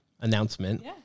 announcement